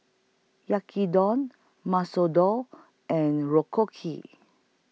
Yaki Dong Masoor Dal and